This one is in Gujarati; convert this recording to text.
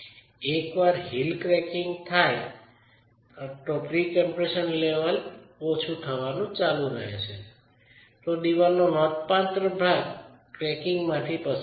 એકવાર હીલ ક્રેકીંગ થાય છે અને પ્રી કમ્પ્રેશન લેવલ ઓછું થવાનું ચાલુ રહે તો દિવાલનો નોંધપાત્ર ભાગ ક્રેકીંગમાંથી પસાર થાય છે